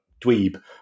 dweeb